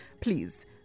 please